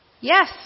Yes